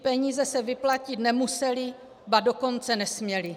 Peníze se vyplatit nemusely, ba dokonce nesměly.